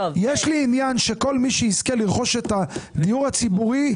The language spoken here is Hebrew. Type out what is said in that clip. יש לי עניין שכל מי שיזכה לרכוש את הדיור הציבורי,